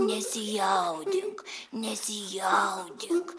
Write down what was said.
nesijaudink nesijaudink